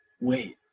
wait